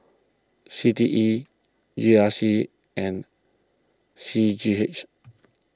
C T E G R C and C G H